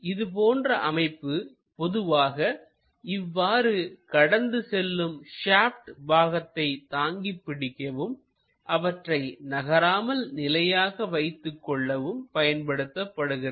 இது போன்ற அமைப்பு பொதுவாக இவ்வாறு கடந்து செல்லும் ஷாப்டு பாகத்தை தாங்கிப் பிடிக்கவும் அவற்றை நகராமல் நிலையாக வைத்துக் கொள்ளவும் பயன்படுத்தப்படுகிறது